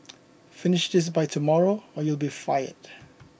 finish this by tomorrow or else you'll be fired